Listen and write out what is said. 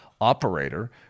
operator